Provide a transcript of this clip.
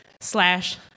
slash